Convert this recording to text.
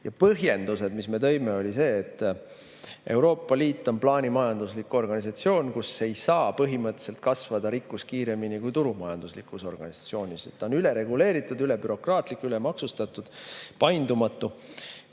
Ja põhjendused, mis me tõime, olid sellised: Euroopa Liit on plaanimajanduslik organisatsioon, kus ei saa põhimõtteliselt kasvada rikkus kiiremini kui turumajanduslikus organisatsioonis, ta on ülereguleeritud, ülebürokraatlik, ülemaksustatud, paindumatu.